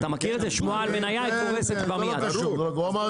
ונושא התחרות הוא דבר שני.